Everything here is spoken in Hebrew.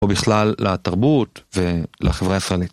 או בכלל לתרבות ולחברה הישראלית.